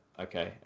Okay